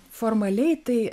formaliai tai